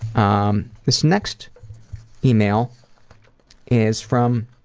um this next email is from